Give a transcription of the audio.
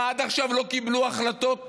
מה, עד עכשיו לא קיבלו החלטות חשובות?